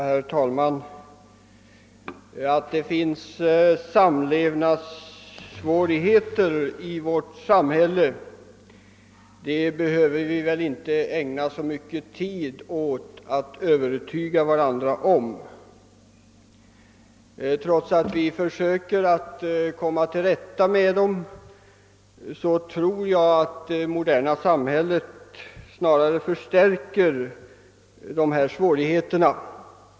Herr talman! Att det finns samlev 'nadssvårigheter i vårt samhälle behöver vi väl inte ägna så mycken tid'åt att övertyga varandra om. Tröts att vi försöker att komma till rätta med ' dem, tror jäg att det moderna samhället snarare förstärker dessa svårigheter.